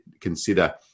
consider